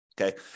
Okay